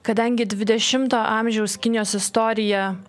kadangi dvidešimto amžiaus kinijos istorija